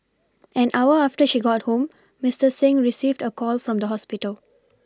an hour after she got home Mister Singh received a call from the hospital